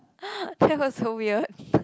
that was so weird